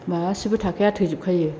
मासेबो थाखाया थैजोबखायो